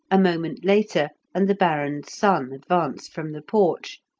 a moment later, and the baron's son advanced from the porch,